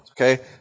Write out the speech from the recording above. okay